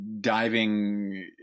diving